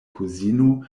kuzino